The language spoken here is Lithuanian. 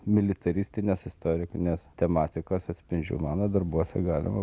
militaristinės istorinės tematikos atspindžių mano darbuose galima